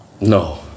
No